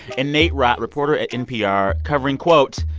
and nate rott, reporter at npr covering, quote,